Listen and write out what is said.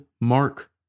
mark